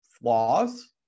flaws